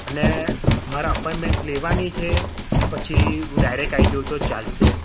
અને મારે અપોઈમેન્ટ લેવાની છે કે પછી હું ડાયરેક આવી જઉં તો ચાલશે